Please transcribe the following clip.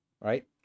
right